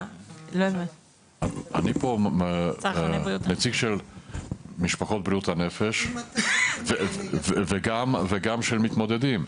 אני פה נציג של משפחות בריאות הנפש וגם של מתמודדים,